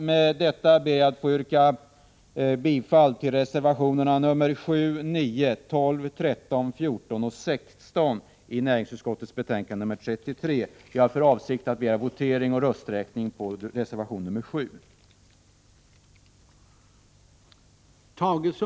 Med detta ber jag att få yrka bifall till reservationerna 1, 7,9, 12, 13, 14 och 16 i näringsutskottets betänkande 33. Vi har för avsikt att begära votering och rösträkning beträffande reservation 7.